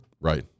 Right